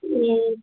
ए